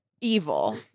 evil